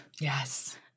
yes